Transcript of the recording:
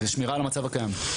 זה שמירה על המצב הקיים.